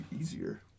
easier